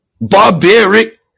barbaric